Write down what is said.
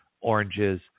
oranges